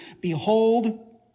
Behold